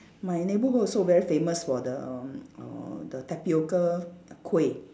my neighbourhood also very famous for the um uh the tapioca kueh